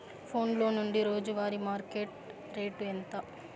ఫోన్ల నుండి రోజు వారి మార్కెట్ రేటు ఎంత?